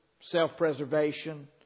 self-preservation